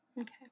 Okay